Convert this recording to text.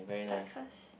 start first